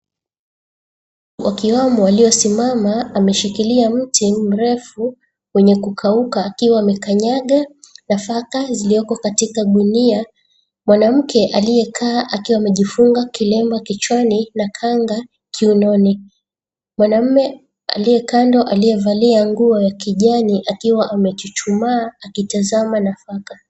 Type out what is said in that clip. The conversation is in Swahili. Wakiwamo aliyesimama ameshikilia mti mrefu wenye kukauka akiwa amekanyaga nafaka zilioko katika gunia. Mwanamke aliyekaa, akiwa amejifunga kilemba kichwani na kanga kiunoni. Mwanaume aliyekando aliyevalia nguo ya kijani akiwa amechuchumaa akitazama nafaka.